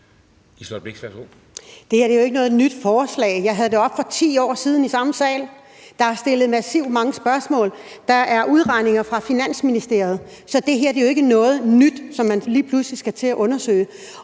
Liselott Blixt (DF): Det her er jo ikke noget nyt forslag. Jeg havde det oppe for 10 år siden i den her sal. Der er stillet massivt mange spørgsmål, der er udregninger fra Finansministeriet. Så det her er jo ikke noget nyt, som man så lige pludselig skal til at undersøge.